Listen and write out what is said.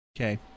okay